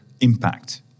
impact